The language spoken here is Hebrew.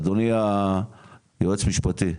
אדוני היועץ משפטי,